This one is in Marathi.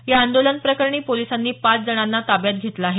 या आंदोलन प्रकरणी पोलिसांनी पाच जणांना ताब्यात घेतलं आहे